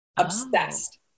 Obsessed